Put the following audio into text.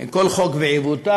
כל חוק ועיוותיו,